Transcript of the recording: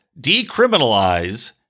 decriminalize